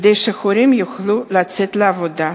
כדי שההורים יוכלו לצאת לעבודה.